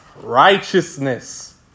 righteousness